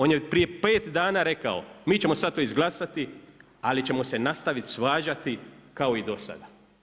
On je prije pet dana rekao mi ćemo sad to izglasati ali ćemo se nastaviti svađati kao i do sada.